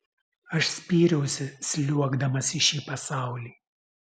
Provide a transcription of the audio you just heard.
aš spyriausi sliuogdamas į šį pasaulį